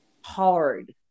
hard